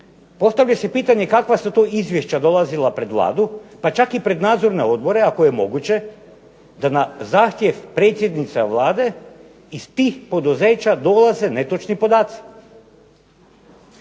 Postavlja se pitanje kakva su to izvješća dolazila pred Vladu, pa čak i pred nadzorne odbore ako je moguće, da na zahtjev predsjednice Vlade iz tih poduzeća dolaze netočni podaci.